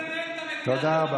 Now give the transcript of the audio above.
תודה.